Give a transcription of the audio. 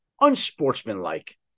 unsportsmanlike